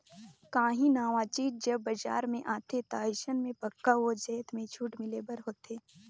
काहीं नावा चीज जब बजार में आथे ता अइसन में पक्का ओ जाएत में छूट मिले बर होथे